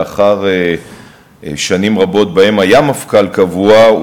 לאחר שנים רבות שבהן היה מפכ"ל קבוע,